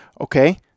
Okay